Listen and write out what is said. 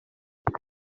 ngo